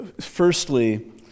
firstly